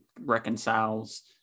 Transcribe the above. reconciles